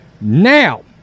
Now